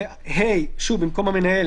"התקלקלה,